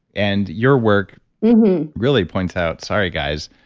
and your work really points out sorry guys,